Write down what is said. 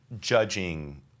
judging